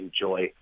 enjoy